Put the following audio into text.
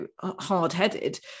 hard-headed